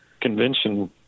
convention